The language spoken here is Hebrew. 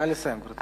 נא לסיים, גברתי.